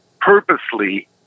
purposely